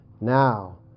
now